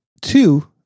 two